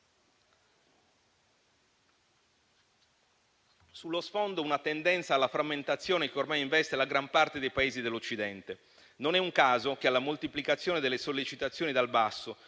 Sullo sfondo si ha una tendenza alla frammentazione che ormai investe la gran parte dei Paesi dell'Occidente. Non è un caso che, alla moltiplicazione delle sollecitazioni dal basso